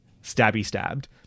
Stabby-stabbed